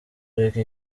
ariko